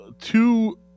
two